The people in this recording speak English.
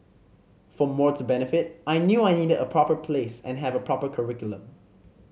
for more to benefit I knew I needed a proper place and have a proper curriculum